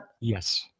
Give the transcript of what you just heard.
Yes